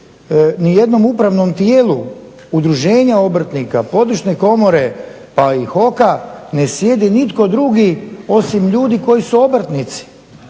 u jednom upravnom tijelu udruženja obrtnika, područne komore pa i HOK-a ne sjedi nitko drugi osim ljudi koji su obrtnici,